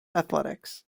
athletics